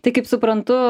tai kaip suprantu